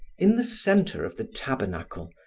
in the center of the tabernacle,